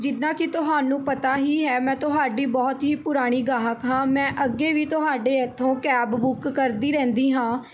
ਜਿੱਦਾਂ ਕਿ ਤੁਹਾਨੂੰ ਪਤਾ ਹੀ ਹੈ ਮੈਂ ਤੁਹਾਡੀ ਬਹੁਤ ਹੀ ਪੁਰਾਣੀ ਗਾਹਕ ਹਾਂ ਮੈਂ ਅੱਗੇ ਵੀ ਤੁਹਾਡੇ ਇੱਥੋਂ ਕੈਬ ਬੁੱਕ ਕਰਦੀ ਰਹਿੰਦੀ ਹਾਂ